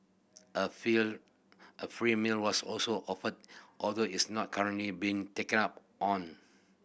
a a free meal was also offered although it's not currently being taken up on